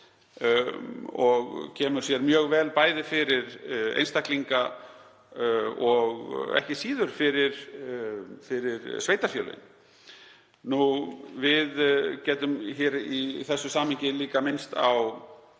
Það kemur sér mjög vel, bæði fyrir einstaklinga og ekki síður fyrir sveitarfélögin. Við getum í þessu samhengi líka minnst á